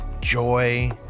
joy